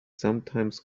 sometimes